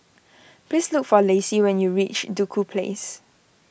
please look for Lacie when you reach Duku Place